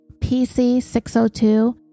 PC-602